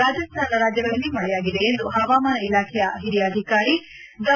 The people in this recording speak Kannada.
ರಾಜಸ್ತಾನ ರಾಜ್ಯಗಳಲ್ಲಿ ಮಳೆಯಾಗಿದೆ ಎಂದು ಹವಾಮಾನ ಇಲಾಖೆಯ ಹಿರಿಯ ಅಧಿಕಾರಿ ಡಾ